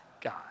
God